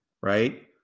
right